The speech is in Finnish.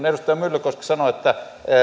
edustaja myllykoski sanoi että